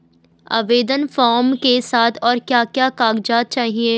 आवेदन फार्म के साथ और क्या क्या कागज़ात चाहिए?